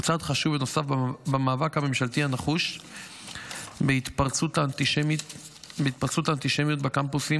הוא צעד חשוב ונוסף במאבק הממשלתי הנחוש בהתפרצות האנטישמיות בקמפוסים